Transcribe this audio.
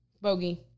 Bogey